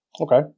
Okay